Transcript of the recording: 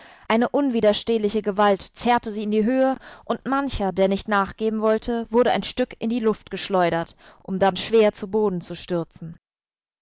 eine unwiderstehliche gewalt zerrte sie in die höhe und mancher der nicht nachgeben wollte wurde ein stück in die luft geschleudert um dann schwer zu boden zu stürzen